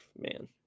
Man